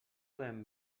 ben